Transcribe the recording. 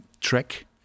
track